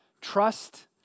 Trust